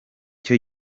cyo